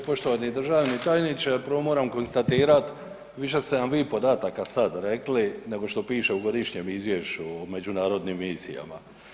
Dakle, poštovani državni tajniče, prvo moram konstatirati, više ste nam vi podataka sad rekli nego što piše u godišnjem izvješću o međunarodnim misijama.